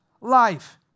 life